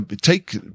take